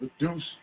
reduce